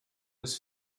was